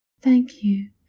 thank you,